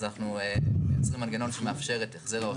אז אנחנו מייצרים מנגנון שמאפשר את החזר ההוצאות.